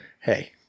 Hey